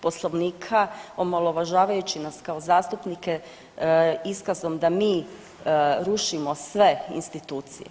Poslovnika, omalovažavajući nas kao zastupnike iskazom da mi rušimo sve institucije.